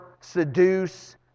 seduce